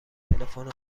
تلفن